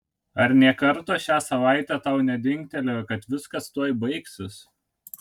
ar nė karto šią savaitę tau nedingtelėjo kad viskas tuoj baigsis